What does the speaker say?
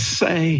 say